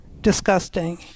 disgusting